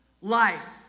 life